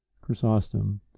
chrysostom